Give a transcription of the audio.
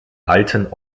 alten